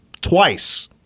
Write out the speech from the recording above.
twice